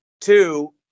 two